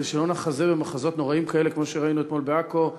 כדי שלא נחזה במחזות נוראים כמו אלה שראינו אתמול בעכו,